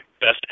best